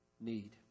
need